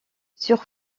sur